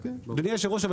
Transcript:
אדוני היושב ראש אבל